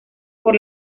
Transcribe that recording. por